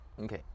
Okay